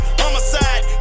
homicide